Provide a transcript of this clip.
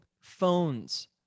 phones